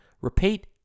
Repeat